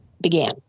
began